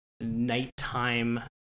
nighttime